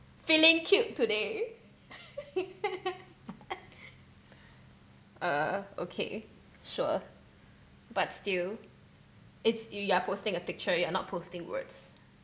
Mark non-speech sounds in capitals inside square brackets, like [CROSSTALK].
feeling cute today [LAUGHS] uh okay sure but still it's you you're posting a picture you are not posting words